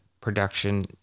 production